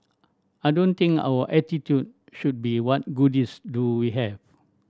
I don't think our attitude should be what goodies do we have